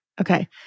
Okay